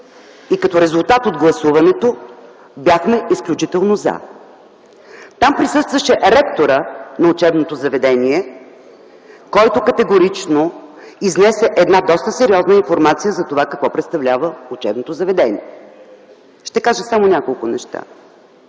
и като резултат от гласуването, бяхме изключително „за”. Там присъстваше ректора на учебното заведение, който категорично изнесе една доста сериозна информация за това какво представлява учебното заведение. Ще кажа само няколко неща.